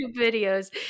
videos